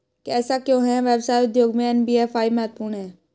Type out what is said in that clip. ऐसा क्यों है कि व्यवसाय उद्योग में एन.बी.एफ.आई महत्वपूर्ण है?